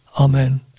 Amen